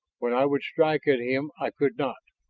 when i would strike at him, i could not!